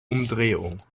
umdrehung